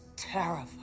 terrified